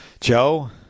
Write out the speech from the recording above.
Joe